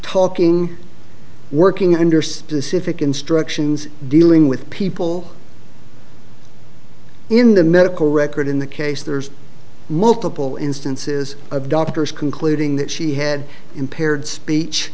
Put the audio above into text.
talking working under specific instructions dealing with people in the medical record in the case there's multiple instances of doctors concluding that she had impaired